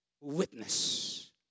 witness